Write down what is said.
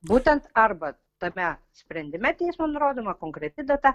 būtent arba tame sprendime teismo nurodoma konkreti data